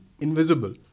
invisible